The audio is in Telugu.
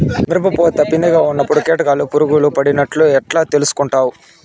మిరప పూత పిందె గా ఉన్నప్పుడు కీటకాలు పులుగులు పడినట్లు ఎట్లా తెలుసుకుంటావు?